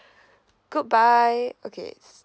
goodbye okay